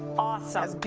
awesome.